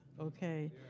okay